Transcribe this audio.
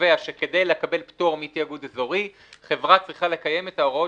שקובע שכדי לקבל פטור מתיאגוד אזורי חברה צריכה לקיים את ההוראות